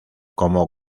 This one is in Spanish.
como